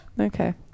Okay